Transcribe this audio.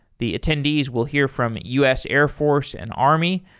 the attendees will hear from us airforce and army,